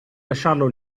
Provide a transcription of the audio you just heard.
lasciarlo